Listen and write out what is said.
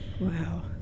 wow